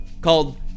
called